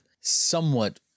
somewhat